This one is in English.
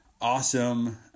awesome